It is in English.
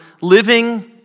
living